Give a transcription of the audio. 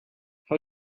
how